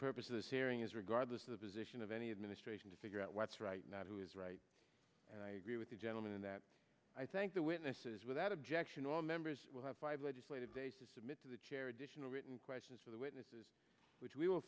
this hearing is regardless of the position of any administration to figure out what's right not who is right and i agree with the gentleman that i thank the witnesses without objection all members will have five legislative days to submit to the chair additional written questions for the witnesses which we w